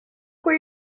where